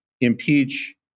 impeach